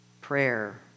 Prayer